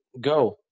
go